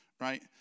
right